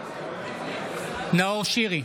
נאור שירי,